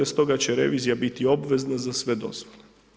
Stoga će revizija biti obvezna za sve dozvole.